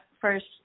first